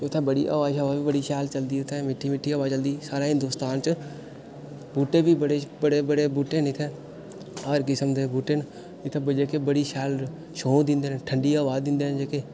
उत्थै बड़ी हवा शवा बी बड़ी शैल चलदी उत्थै मिट्ठी मिट्ठी हवा चलदी साढ़े हिन्दोस्तान च बूह्टे बी बड़े बड़े बूह्टे न इत्थै हर किस्म दे बूह्टे न इत्थै ब जेह्की बड़ी शैल छां दिंदे न ठंडी हवा दिंदे न जेह्के